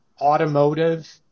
automotive